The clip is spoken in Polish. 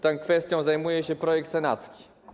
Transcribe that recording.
Tą kwestią zajmuje się projekt senacki.